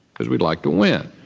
because we'd like to win.